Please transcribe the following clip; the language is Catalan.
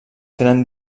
tenen